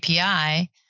API